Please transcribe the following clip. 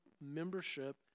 membership